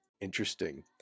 Interesting